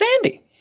Sandy